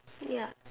ya